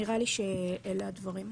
נראה לי שאלה הדברים.